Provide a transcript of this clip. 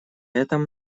этом